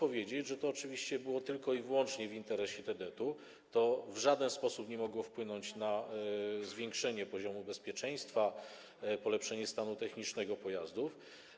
Oczywiście było to tylko i wyłącznie w interesie TDT-u, to w żaden sposób nie mogło wpłynąć na zwiększenie poziomu bezpieczeństwa, polepszenie stanu technicznego pojazdów.